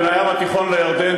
בין הים התיכון לירדן,